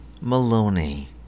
Maloney